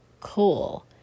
cool